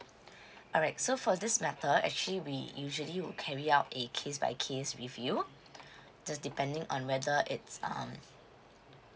alright so for this matter actually we usually will carry out a case by case with you just depending on whether it's um